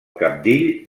cabdill